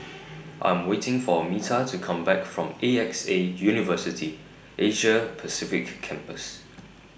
I'm waiting For Metta to Come Back from A X A University Asia Pacific Campus